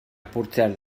apurtzear